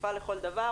שפה לכל דבר,